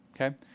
okay